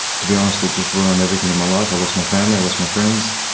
to be honest, it just ruined everything in my life i lost my family, i lost my friends,